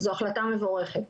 זו החלטה מבורכת.